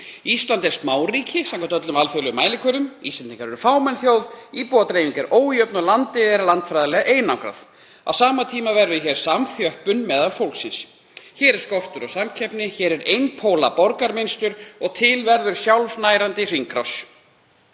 Ísland er smáríki samkvæmt öllum alþjóðlegum mælikvörðum. Íslendingar eru fámenn þjóð, íbúadreifing er ójöfn og landið er landfræðilega einangrað. Á sama tíma verður samþjöppun meðal fólksins. Hér er skortur á samkeppni. Hér er einpóla borgarmynstur og til verður sjálfnærandi hringrás.